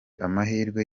amahirwe